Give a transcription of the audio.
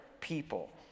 people